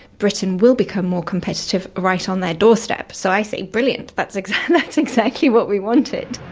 britain will become more competitive right on their doorstep. so i say, brilliant! that's exactly that's exactly what we wanted